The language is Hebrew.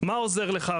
לא יודע.